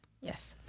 Yes